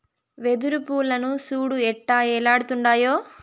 వెదురు పూలను సూడు ఎట్టా ఏలాడుతుండాయో